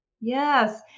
Yes